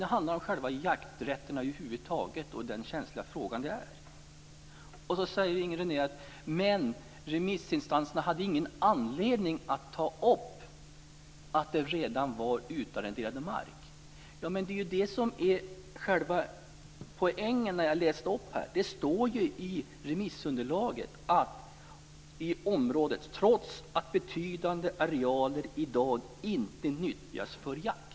Det handlar om själva jakträtten över huvud taget och den känsliga fråga det är. Inger René säger att remissinstanserna inte hade någon anledning att ta upp att det redan var utarrenderad mark. Det är det som är själva poängen i det jag läste upp. Det står i remissunderlaget att betydande arealer i området i dag inte nyttjas för jakt.